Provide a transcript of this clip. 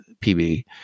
PB